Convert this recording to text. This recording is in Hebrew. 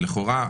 ולכאורה,